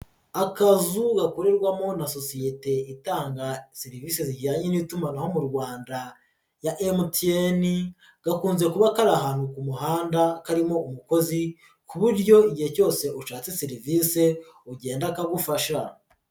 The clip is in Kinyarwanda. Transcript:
Akazu gakorerwamo na sosiyete itanga serivisi zijyanye n'itumanaho mu Rwanda ya MTN gakunze kuba kari ahantu ku muhanda karimo umukozi ku buryo igihe cyose ushatse serivisi ugenda akagufasha.